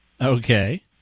Okay